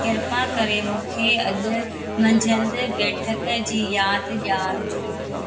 कृपा करे मूंखे अॼु मंझंदि बैठकु जी यादि ॾियारिजो